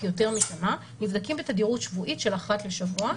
יותר משנה נבדקים בתדירות שבועית של אחת לשבוע.